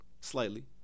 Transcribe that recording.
Slightly